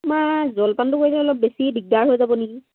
তোমাৰ জলপানটো কৰিলে অলপ বেছি দিগদাৰ হৈ যাব নেকি